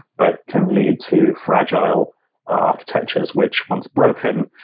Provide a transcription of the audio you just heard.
but can lead to fragile architectures, which once broken,